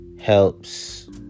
helps